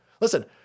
Listen